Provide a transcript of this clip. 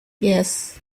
yes